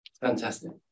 Fantastic